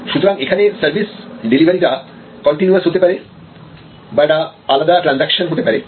সুতরাং এখানে service delivery টা কন্টিনুওস হতে পারে বা একটা আলাদা ট্রানজাকশন হতে পারে